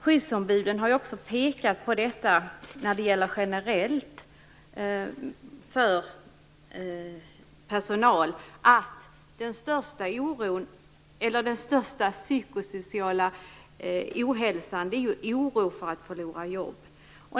Skyddsombuden har också pekat på, när det gäller personalen generellt, att den största psykosociala ohälsan beror på oro över att förlora jobb.